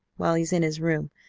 while he's in his room.